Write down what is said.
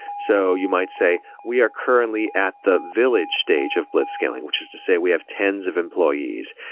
so you might say, we are currently at the village stage of blitzscaling, which is to say we have tens of employees,